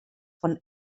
von